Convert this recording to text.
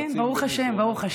כן, ברוך השם.